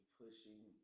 pushing